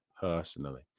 personally